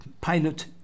pilot